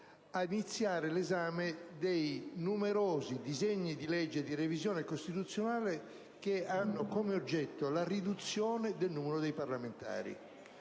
a iniziare l'esame dei numerosi disegni di legge di revisione costituzionale che hanno come oggetto la riduzione del numero dei parlamentari.